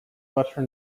butter